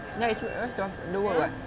ya it's rest of the world [what]